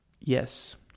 Yes